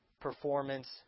performance